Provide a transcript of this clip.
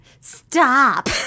Stop